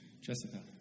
Jessica